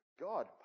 God